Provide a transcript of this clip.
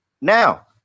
now